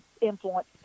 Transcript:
influence